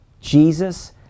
Jesus